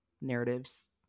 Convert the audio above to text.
narratives